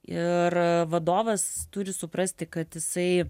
ir vadovas turi suprasti kad jisai